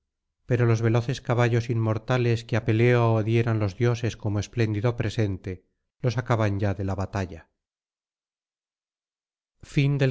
pero los veloces caballos inmortales que á peleo dieran los dioses como espléndido presente lo sacaban ya de la batalla